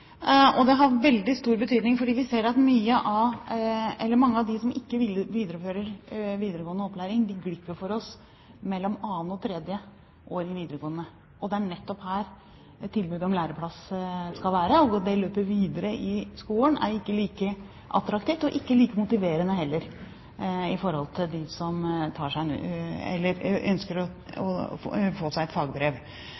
Det har veldig stor betydning fordi vi ser at mange av dem som ikke gjennomfører videregående opplæring, glipper for oss mellom det andre og tredje året i videregående. Det er nettopp her et tilbud om læreplass skal være, for det løpet videre i skolen er ikke like attraktivt og ikke like motiverende heller for dem som ønsker å få seg et fagbrev. Men vi jobber også med andre ting på dette området. Det er å